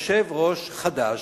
יושב-ראש חדש,